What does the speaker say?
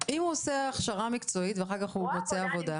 הוא עושה הכשרה מקצועית ואחר כך הוא מבצע עבודה.